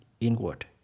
inward